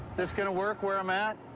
this gonna work where i'm at?